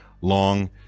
long